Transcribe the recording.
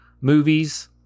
movies